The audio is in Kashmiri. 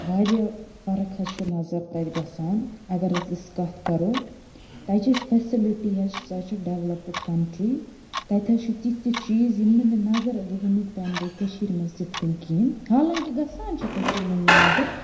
واریاہ فَرَق حظ چھ نَظَر تَتہِ گَژھان اَگر حظ أسۍ کَتھ کَرو تَتِچ فیسلٹی حظ چھِ سُہ حظ چھِ ڈؠولاپٕڈ کَنٹری تہٕ حظ چھِ تِتھۍ تِتھۍ چیٖز یِم نہٕ مےٚ نَظَر وٕنیُک تانۍ گٔیہِ کٔشیٖر منٛز تِتھ کٔنۍ کِہیٖنۍ حالانٛکہِ گَژھان چھِ کٔشیٖر منٛز نَظَر